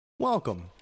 Welcome